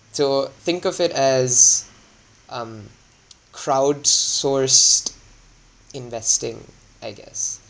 so think of it as um crowd sourced investing I guess